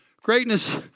Greatness